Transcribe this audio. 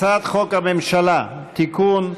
הצעת חוק הממשלה (תיקון,